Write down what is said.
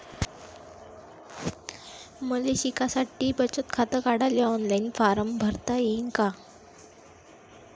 मले शिकासाठी बचत खात काढाले ऑनलाईन फारम भरता येईन का?